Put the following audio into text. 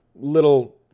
Little